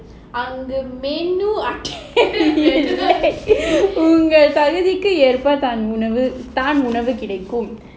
அங்கு:angu உங்கள் தகுதிக்கேற்ப தானே உணவு கிடைக்கும்:ungal thaguthikerpa thaanae unavu kidaikum